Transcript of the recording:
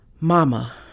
Mama